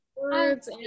words